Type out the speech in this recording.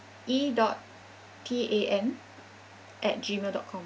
e dot t a n at gmail dot com